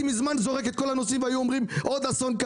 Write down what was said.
מזמן זורק את כל הנוסעים והיו אומרים שקרה עוד אסון.